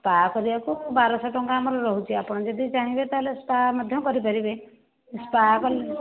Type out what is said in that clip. spa କରିବାକୁ ବାର ସହ ଟଙ୍କା ଆମର ରହୁଛି ଆପଣ ଯଦି ଚାହିଁବେ ତା ହେଲେ ସ୍ପା ମଧ୍ୟ କରି ପାରିବେ ସ୍ପା କଲେ